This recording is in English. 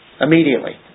immediately